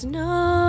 no